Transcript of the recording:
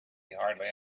hardly